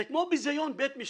זה כמו ביזיון בית משפט.